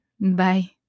Bye